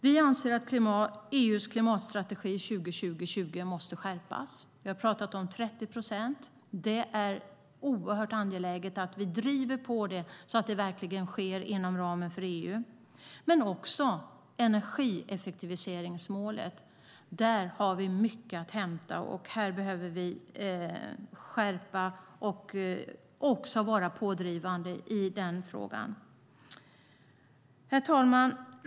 Vi anser att EU:s klimatstrategi 20-20-20 måste skärpas. Vi har pratat om 30 procent. Det är oerhört angeläget att vi driver på så att det verkligen sker inom ramen för EU, och det gäller även energieffektiviseringsmålet. Där har vi mycket att hämta, och vi måste också vara pådrivande i den frågan. Herr talman!